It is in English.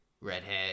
redhead